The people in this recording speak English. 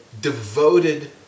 devoted